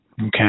Okay